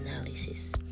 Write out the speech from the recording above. analysis